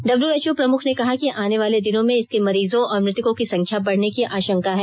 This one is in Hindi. डब्यूएचओ प्रमुख ने कहा कि आने वाले दिनों में इसके मरीजों और मृतकों की संख्या बढ़ने की आशंका है